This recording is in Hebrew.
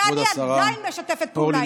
ואני עדיין משתפת פעולה איתם.